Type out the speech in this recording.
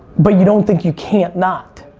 but you don't think you can't not.